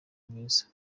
mwiza